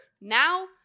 now